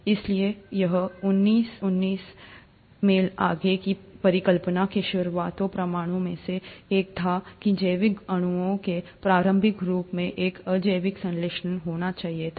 इसलिए यह उन्नीस उन्नीस में आगे की परिकल्पना के शुरुआती प्रमाणों में से एक था कि जैविक अणुओं के प्रारंभिक रूपों में एक अजैविक संश्लेषण होना चाहिए था